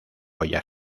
olla